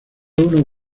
uno